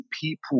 people